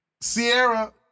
Sierra